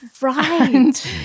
right